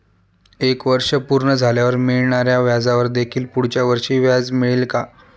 एक वर्ष पूर्ण झाल्यावर मिळणाऱ्या व्याजावर देखील पुढच्या वर्षी व्याज मिळेल का?